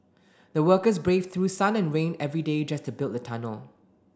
the workers braved through sun and rain every day just to build the tunnel